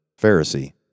Pharisee